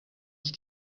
ich